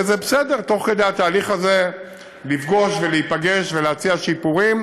וזה בסדר תוך כדי התהליך הזה לפגוש ולהיפגש ולהציע שיפורים,